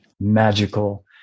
magical